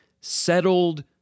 settled